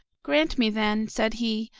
grant me, then, said he,